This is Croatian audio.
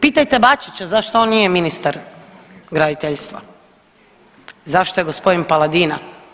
Pitajte Bačića zašto on nije ministar graditeljstva zašto je g. Paladina?